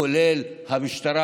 כולל המשטרה,